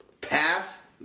Pass